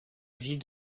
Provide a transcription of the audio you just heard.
vie